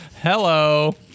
Hello